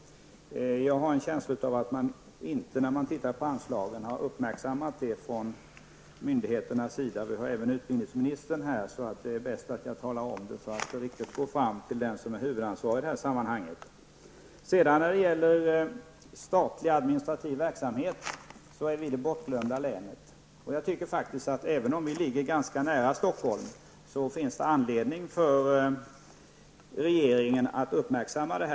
Jag har en känsla av att man när man har fördelat anslagen inte har uppmärksammat detta från myndigheternas sida. Även utbildningsministern är här, så det är bäst att tala om detta så att det kommer fram till den som är huvudansvarig i sammanhanget. När det gäller statlig och administrativ verksamhet är Västmanland det bortglömda länet. Jag tycker att även om länet ligger ganska nära Stockholm, finns det anledning för regeringen att uppmärksamma detta.